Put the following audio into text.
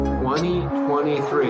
2023